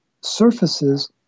surfaces